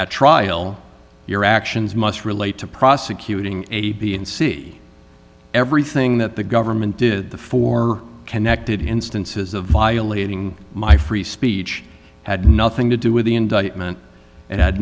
at trial your actions must relate to prosecuting a b and c everything that the government did the four connected instances of violating my free speech had nothing to do with the indictment and had